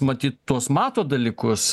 matyt tuos mato dalykus